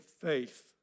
faith